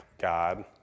God